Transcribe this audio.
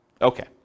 Okay